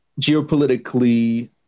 geopolitically